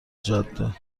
جاده